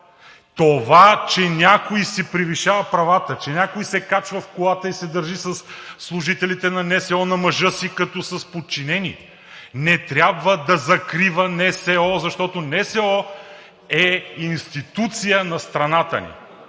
Това, че някой си превишава правата, че някой се качва в колата и се държи със служителите на НСО на мъжа си като с подчинени, не трябва да закрива НСО, защото НСО е институция на страната ни!